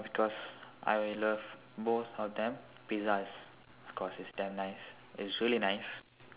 because I love both of them pizzas of course is damn nice it's really nice